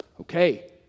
Okay